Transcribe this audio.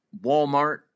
Walmart